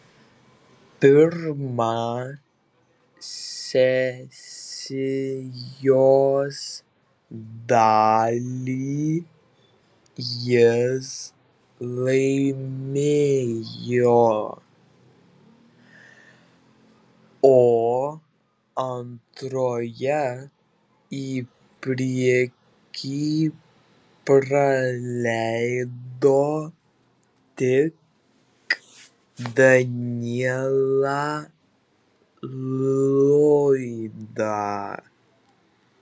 pirmą sesijos dalį jis laimėjo o antroje į priekį praleido tik danielą lloydą